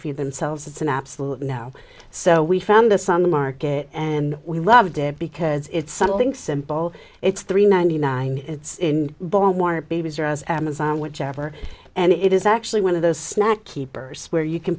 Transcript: feed themselves it's an absolute now so we found this on the market and we loved it because it's something simple it's three ninety nine it's in born babies or as amazon whichever and it is actually one of those snack keepers where you can